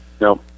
no